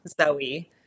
Zoe